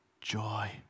joy